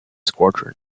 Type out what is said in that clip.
squadron